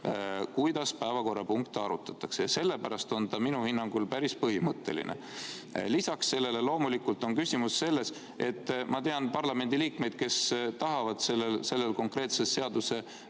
kuidas päevakorrapunkte arutatakse ja sellepärast on see minu hinnangul päris põhimõtteline küsimus. Lisaks sellele on loomulikult küsimus selles, et ma tean parlamendiliikmeid, kes tahavad selle konkreetse seaduse